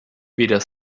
weder